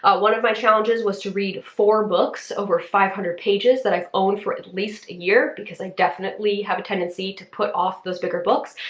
ah one of my challenges was to read four books over five hundred pages that i've owned for at least a year because i definitely have a tendency to put off those bigger books.